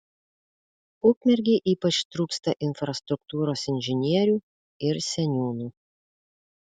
ukmergei ypač trūksta infrastruktūros inžinierių ir seniūnų